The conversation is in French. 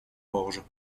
orge